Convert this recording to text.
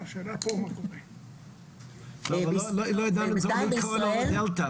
כן אבל לא ידענו בזמנו אם זה דלתא,